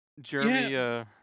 Jeremy